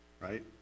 right